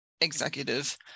executive